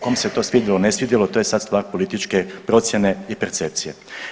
Kom se to svidjelo, ne svidjelo to je sad stvar političke procjene i percepcije.